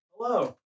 Hello